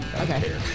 Okay